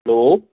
hello